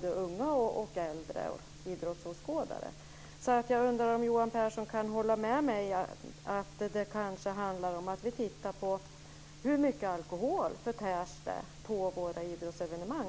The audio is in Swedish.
unga och äldre idrottsåskådare kanske det rent av skulle bli värre. Jag undrar om Johan Pehrson kan hålla med mig om att det kanske handlar om att titta över hur mycket alkohol som förtärs i publiken vid våra idrottsevenemang.